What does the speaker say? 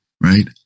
right